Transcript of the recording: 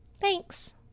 Thanks